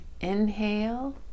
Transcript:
inhale